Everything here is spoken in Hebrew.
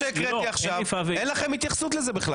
לכל מה שהקראתי עכשיו, אין לכם התייחסות לזה.